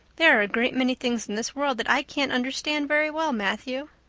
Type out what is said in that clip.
there are a great many things in this world that i can't understand very well, matthew.